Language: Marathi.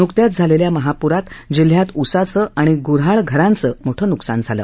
नुकत्याच झालेल्या महापुरात जिल्ह्यात उसाचं आणि गुऱ्हाळ घरांचं मोठं न्कसान झालं